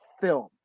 film